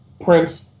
Prince